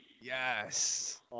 Yes